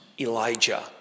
Elijah